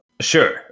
Sure